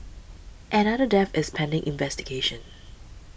another death is pending investigation